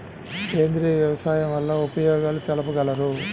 సేంద్రియ వ్యవసాయం వల్ల ఉపయోగాలు తెలుపగలరు?